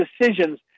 decisions